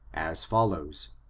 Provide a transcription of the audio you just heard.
as follows